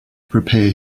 prepare